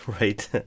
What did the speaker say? Right